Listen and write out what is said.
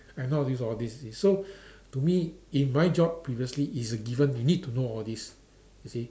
I know how to use all these you see so to me in my job previously is a given you need to know all these you see